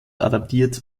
adaptiert